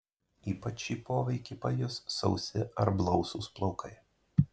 ypač šį poveikį pajus sausi ar blausūs plaukai